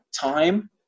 time